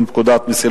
מס'